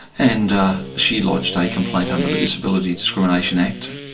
and she lodged a complaint under the disability discrimination act.